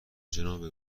جناب